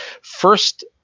first